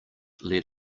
led